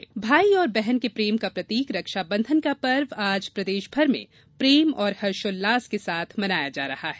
रक्षाबंधन भाई और बहन के प्रेम का प्रतीक रक्षाबंधन का पर्व आज प्रदेश भर में प्रेम और हर्षोल्लास के साथ मनाया जा रहा है